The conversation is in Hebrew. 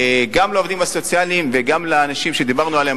גם לעובדים הסוציאליים וגם לאנשים שדיברנו עליהם,